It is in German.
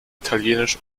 italienisch